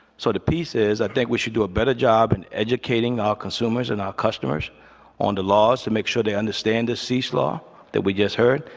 so the piece is i think we should do a better job in educating our consumers and our customers on the laws to make sure they understand the cease law that we just heard.